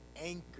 anchor